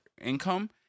income